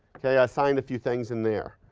okay, i assigned a few things in there.